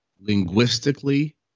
linguistically